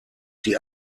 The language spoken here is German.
die